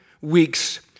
weeks